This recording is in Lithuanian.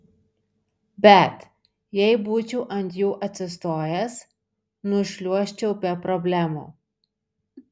bet jei būčiau ant jų atsistojęs nušliuožčiau be problemų